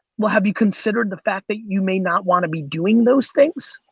well have you considered the fact that you may not wanna be doing those things?